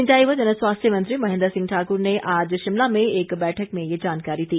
सिंचाई व जनस्वास्थ्य मंत्री महेन्द्र सिंह ठाक्र ने आज शिमला में एक बैठक में ये जानकारी दी